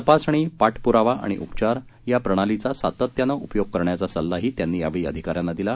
तपासणी पाठपुरावा आणि उपचार या प्रणालीचा सातत्याने उपयोग करण्याचा सल्लाही त्यांनी यावेळी अधिकाऱ्यांना दिला